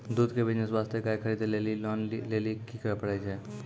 दूध के बिज़नेस वास्ते गाय खरीदे लेली लोन लेली की करे पड़ै छै?